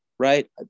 right